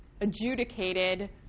adjudicated